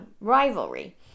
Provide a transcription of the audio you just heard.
rivalry